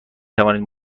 توانید